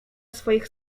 swoich